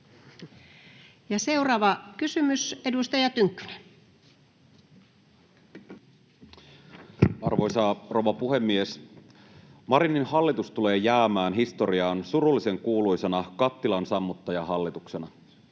Seuraava kysymys, edustaja Tynkkynen. Arvoisa rouva puhemies! Marinin hallitus tulee jäämään historiaan surullisenkuuluisana kattilansammuttajahallituksena: